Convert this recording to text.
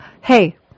Hey